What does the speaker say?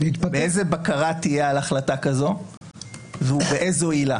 ואיזו בקרה תהיה על החלטה כזאת ובאיזו עילה?